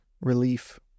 relief